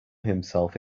himself